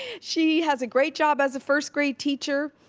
she has a great job as a first grade teacher,